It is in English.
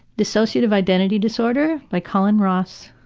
dissociative identity disorder by collin ross.